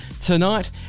tonight